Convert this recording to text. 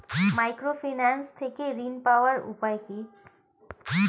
Microfinance থেকে ঋণ পাওয়ার উপায় কি?